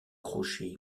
crochet